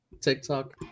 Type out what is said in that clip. TikTok